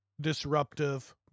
disruptive